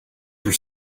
were